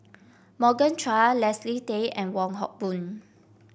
Morgan Chua Leslie Tay and Wong Hock Boon